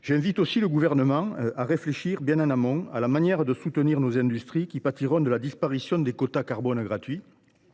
J’invite aussi le Gouvernement à réfléchir bien en amont à la manière de soutenir nos industries qui pâtiront de la disparition des quotas carbone gratuits,